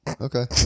Okay